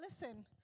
listen